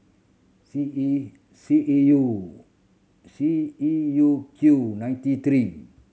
C E C E U C E U Q ninety three